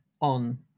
on